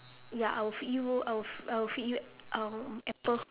ya I will feed you I will I will feed you um apple